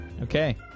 Okay